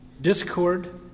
discord